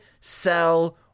sell